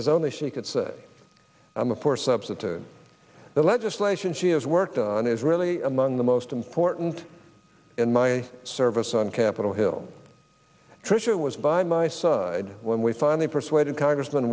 as only she could say i'm a poor substitute the legislation she has worked on is really among the most important in my service on capitol hill trisha was by my side when we finally persuaded congressm